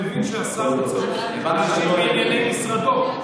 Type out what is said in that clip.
אני מבין שהשר צריך להשיב בענייני משרדו,